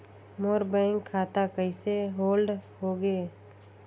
मोर bank खाता कइसे hold होगे?